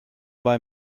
bei